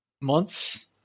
months